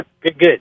Good